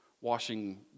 Washing